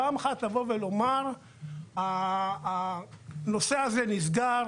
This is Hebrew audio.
פעם אחת לבוא ולומר שהנושא הזה מאחורינו,